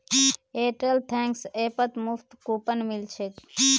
Airtel thanks ऐपत मुफ्त coupon मिल छेक